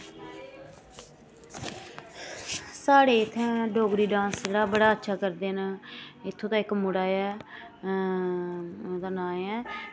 साढ़े इत्थें जेह्ड़ा डोगरी डांस बड़ा अच्छा करदे न इत्थूं दा इक मुड़ा ऐ ओह्दा नांऽ ऐं